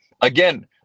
again